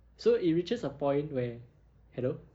so it reaches a point where hello